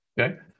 Okay